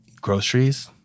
groceries